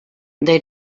they